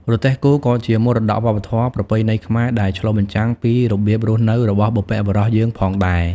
រទេះគោក៏ជា មរតកវប្បធម៌ប្រពៃណីខ្មែរ ដែលឆ្លុះបញ្ចាំងពីរបៀបរស់នៅរបស់បុព្វបុរសយើងផងដែរ ។